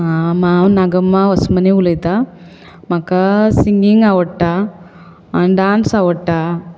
हांव नागम्मा ओसमनी उलयतां म्हाका सिंगींग आवडटा डांस आवडटा